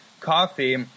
coffee